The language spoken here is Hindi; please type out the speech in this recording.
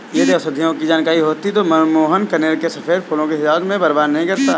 यदि औषधियों की जानकारी होती तो मोहन कनेर के सफेद फूलों को सजावट में बर्बाद नहीं करता